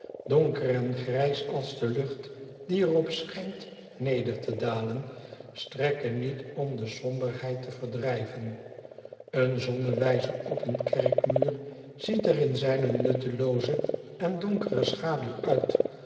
donker en grijs au de lucht die er op schijnt neder te dalen strekken niet om de somberheid te verdrijven een zonnewijzer op een kerkmuur ziet er in zijne nuttelooze en donkere schaduw uit